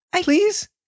please